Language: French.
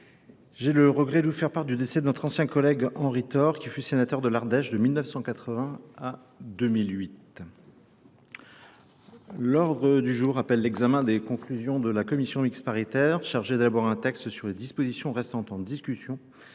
J'ai le regret de vous faire part du décès de notre ancien collègue Henri Thor qui fut sénateur de l'Ardèche de 1980 à 2008. L'ordre du jour appelle l'examen des conclusions de la Commission mixte paritaire, chargée d'abord d'un texte sur les dispositions restantes en discussion